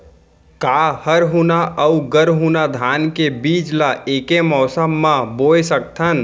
का हरहुना अऊ गरहुना धान के बीज ला ऐके मौसम मा बोए सकथन?